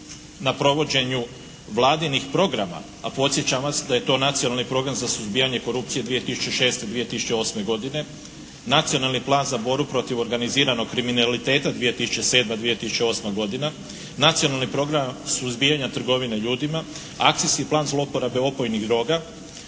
na provođenju Vladinih programa. A podsjećam vas da je to Nacionalni program za suzbijanje korupcije 2006.-2008. godine, Nacionalni plan za borbu protiv organiziranog kriminaliteta 2007.-208. godina, Nacionalni program suzbijanja trgovine ljudima, Akcijski plan zlouporabe opojnih droga